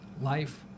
life